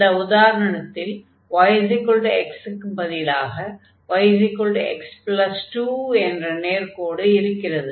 இந்த உதாரணத்தில் yx க்குப் பதிலாக yx2 என்ற நேர்க்கோடு இருக்கிறது